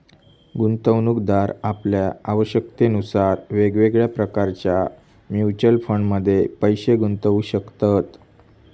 गुंतवणूकदार आपल्या आवश्यकतेनुसार वेगवेगळ्या प्रकारच्या म्युच्युअल फंडमध्ये पैशे गुंतवू शकतत